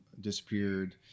disappeared